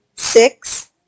six